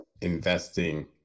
investing